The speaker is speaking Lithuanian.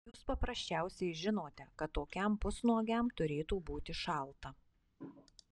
jūs paprasčiausiai žinote kad tokiam pusnuogiam turėtų būti šalta